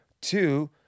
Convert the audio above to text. Two